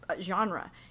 genre